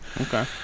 Okay